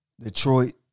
Detroit